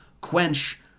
quench